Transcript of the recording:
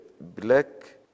black